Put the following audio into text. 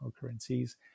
currencies